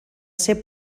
ser